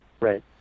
Right